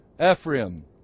Ephraim